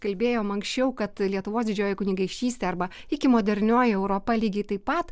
kalbėjom anksčiau kad lietuvos didžioji kunigaikštystė arba iki modernioji europa lygiai taip pat